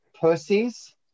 pussies